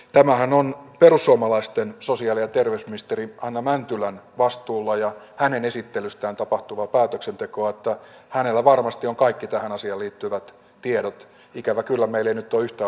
tämähän on perussuomalaisten sosiaali ja terveysministerin hanna mäntylän vastuulla ja kaniiniesittelystään tapahtuvaa päätöksentekoa että hänellä varmasti on kaikki tähän asiaan liittyvät tiedot ikävä kyllä meille nyt yhtä